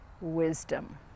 wisdom